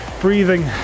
breathing